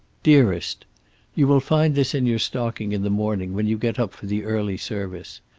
dearest you will find this in your stocking in the morning, when you get up for the early service.